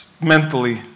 mentally